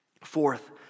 fourth